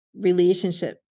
relationship